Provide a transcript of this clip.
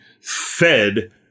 fed